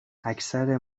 اکثر